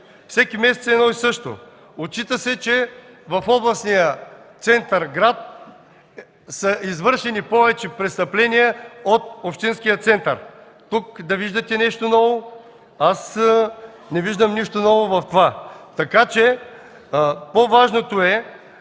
Всеки месец едно и също – отчита се, че в областния център град са извършени повече престъпления от общинския център. Тук да виждате нещо ново? Аз не виждам нищо ново в това. Така че по-важното е